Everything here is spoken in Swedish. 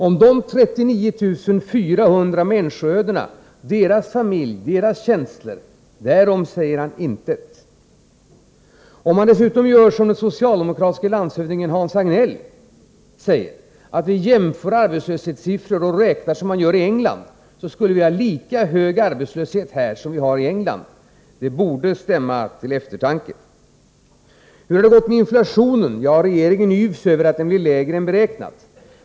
Om dessa 39400 människoöden, om deras familjer och känslor, säger han intet. Om man dessutom gör som den socialdemokratiska landshövdingen Hans Hagnell säger, nämligen jämför arbetslöshetssiffror och räknar på samma sätt som man gör i England, skulle vi ha lika hög arbetslöshet här som de har i England. Det borde stämma till eftertanke. Hur har det gått med inflationen? Regeringen yvs över att den blir lägre än beräknat.